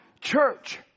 church